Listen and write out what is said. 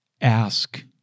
Ask